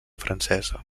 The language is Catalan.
francesa